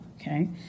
Okay